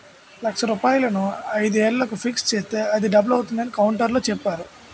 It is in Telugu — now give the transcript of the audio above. లక్ష రూపాయలను ఐదు ఏళ్లకు ఫిక్స్ చేస్తే అది డబుల్ అవుతుందని కౌంటర్లో చెప్పేరు